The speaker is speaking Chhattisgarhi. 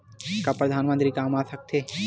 का परधानमंतरी गरीब कल्याण के कुछु काम आ सकत हे